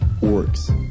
works